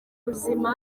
buzima